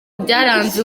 byaranze